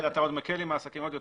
אתה מקל עם העסקים עוד יותר.